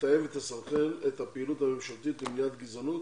שתתאם את הפעילות הממשלתית למניעת גזענות